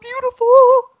beautiful